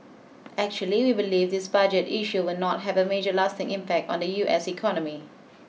actually we believe this budget issue will not have a major lasting impact on the U S economy